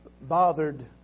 bothered